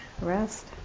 rest